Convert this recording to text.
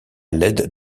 l’aide